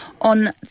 on